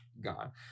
gone